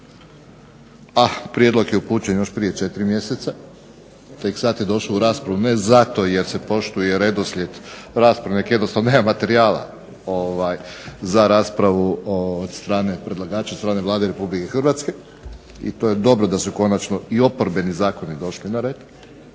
a prijedlog je upućen još prije 4 mjeseca i tek sad je došao u raspravu ne zato jer se poštuje redoslijed rasprave nego jednostavno nema materijala za raspravu od strane predlagača, od strane Vlade RH. I to je dobro da su konačno i oporbeni zakoni došli na red.